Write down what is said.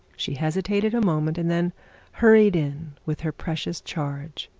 she hesitated a moment, and then hurried in with her precious charge.